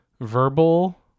verbal